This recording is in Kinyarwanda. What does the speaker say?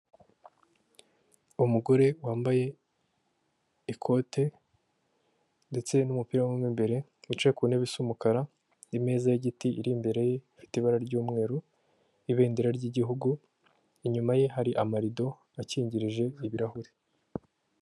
Imodoka iri mu bwoko bwa rava iri kugendera muhanda wa kaburimbo, aho iteganye n'umugenzi uri kugendera mu muhanda wateganyirijwe abanyamaguru.